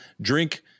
drink